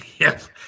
Yes